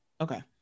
Okay